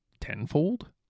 tenfold